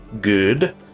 Good